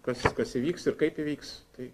kas kas viskas įvyks ir kaip įvyks tai